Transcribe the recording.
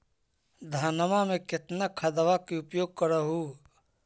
धानमा मे कितना खदबा के उपयोग कर हू?